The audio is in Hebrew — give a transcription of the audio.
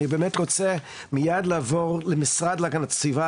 אני באמת רוצה מיד לעבור למשרד להגנת הסביבה.